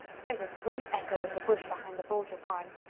there's a great echo in the bush behind the boulter barn.